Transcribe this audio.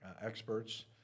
experts